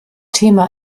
thema